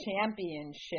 championship